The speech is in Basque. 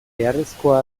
beharrezkoa